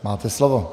Máte slovo.